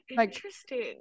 interesting